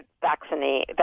vaccine